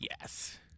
Yes